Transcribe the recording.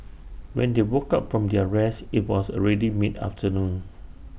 when they woke up from their rest IT was already mid afternoon